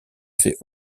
fait